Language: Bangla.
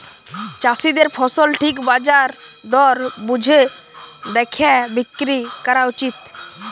চাষীদের ফসল ঠিক বাজার দর বুঝে দ্যাখে বিক্রি ক্যরা উচিত